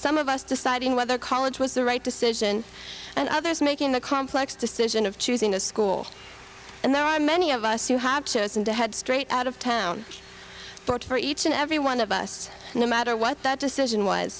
some of us deciding whether college was the right decision and others making the complex decision of choosing a school and there are many of us who have chosen to head straight out of town but for each and every one of us no matter what that decision was